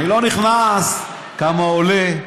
אני לא נכנס לכמה זה עולה,